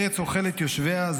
"ארץ אֹכלת יושביה",